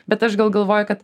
bet aš gal galvoju kad